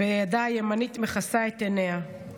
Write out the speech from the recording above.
וידה הימנית מכסה את עיניה.